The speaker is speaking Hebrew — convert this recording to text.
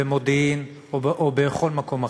במודיעין או בכל מקום אחר,